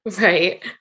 Right